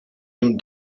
him